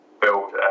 build